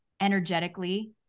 energetically